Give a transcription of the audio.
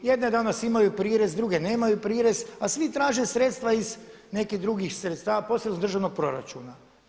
Jedne danas imaju prirez, druge nemaju prirez, a svi traže sredstva iz nekih drugih sredstava, posebno iz državnog proračuna.